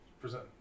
present